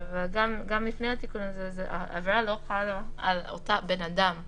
גם לפני התיקון הזה העבירה לא חלה על אותו בן אדם שנכנס.